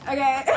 Okay